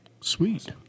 Sweet